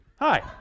hi